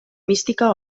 mística